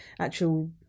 actual